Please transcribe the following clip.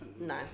no